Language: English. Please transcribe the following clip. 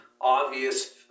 obvious